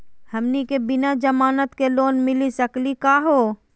हमनी के बिना जमानत के लोन मिली सकली क हो?